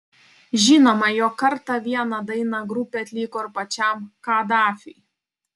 žinoma jog kartą vieną dainą grupė atliko ir pačiam kadafiui